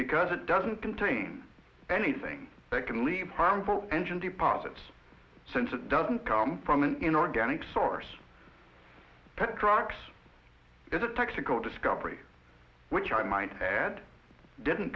because it doesn't contain anything that can lead harmful engine deposits since it doesn't come from an inorganic source but trucks is a texaco discovery which i might add didn't